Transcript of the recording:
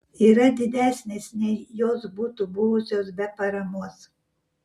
yra didesnės nei jos būtų buvusios be paramos